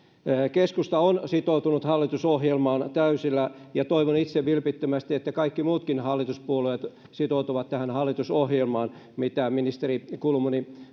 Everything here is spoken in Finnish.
keskusta on sitoutunut hallitusohjelmaan täysillä ja toivon itse vilpittömästi että kaikki muutkin hallituspuolueet sitoutuvat tähän hallitusohjelmaan mitä ministeri kulmuni